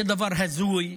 זה דבר הזוי.